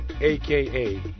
aka